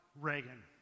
Reagan